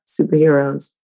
superheroes